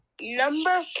Number